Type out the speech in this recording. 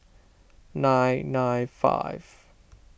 nine nine five